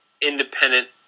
independent